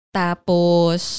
tapos